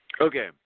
Okay